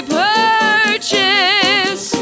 purchase